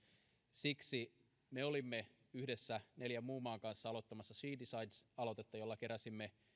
siksi me olimme yhdessä neljän muun maan kanssa aloittamassa she decides aloitetta jolla keräsimme